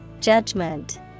Judgment